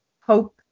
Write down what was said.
hope